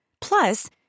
Plus